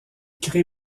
crée